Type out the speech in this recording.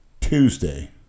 Tuesday